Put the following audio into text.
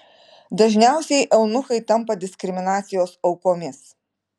dažniausiai eunuchai tampa diskriminacijos aukomis